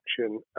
action